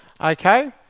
Okay